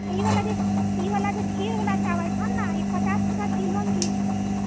ई वाला खीर वाला जे चावल छौ ने ई पचास टका किलो मिली रहलो छै